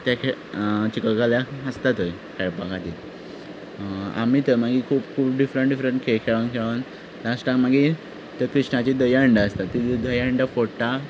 ते खेळ चिखल काल्याक आसता थंय खेळपा खातीर आमी थंय मागीर खूब डिफ्रंट डिफ्रंट खेळ खेळोन खेळोन लास्टाक मागीर ते कृष्णाची दही हंडी आसता ती दही हंडी फोडटा